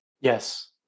Yes